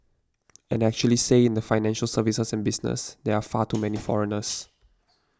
and actually say in the financial services and business there are far too many foreigners